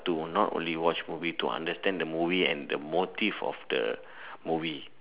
to not only watch movie to understand the movie the motive of the movie